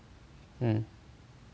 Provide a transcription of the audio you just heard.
mm